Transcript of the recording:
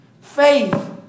Faith